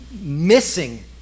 missing